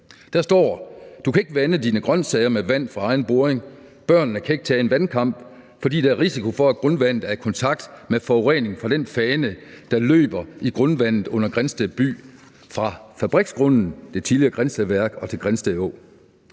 Der står: Du kan ikke vande dine grønsager med vand fra egen boring, og børnene kan ikke tage en vandkamp, fordi der er risiko for, at grundvandet er i kontakt med forurening fra den fane, der løber i grundvandet under Grindsted by, fra fabriksgrunden, det tidligere Grindstedværk, og til Grindsted Å,